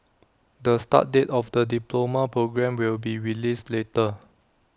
the start date of the diploma programme will be released later